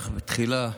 אך בתחילה,